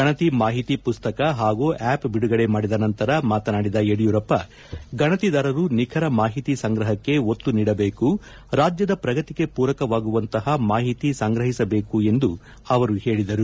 ಗಣತಿ ಮಾಹಿತಿ ಮಸ್ತಕ ಹಾಗೂ ಆಪ್ ಬಿಡುಗಡೆ ಮಾಡಿದ ನಂತರ ಮಾತನಾಡಿದ ಯಡಿಯೂರಪ್ಪ ಗಣತಿದಾರರು ನಿಖರ ಮಾಹಿತಿ ಸಂಗ್ರಹಕ್ಕೆ ಒತ್ತು ನೀಡಬೇಕು ರಾಜ್ಯದ ಪ್ರಗತಿಗೆ ಪೂರಕವಾಗುವಂತಹ ಮಾಹಿತಿ ಸಂಗ್ರಹಿಸಬೇಕು ಎಂದು ಹೇಳಿದರು